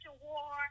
war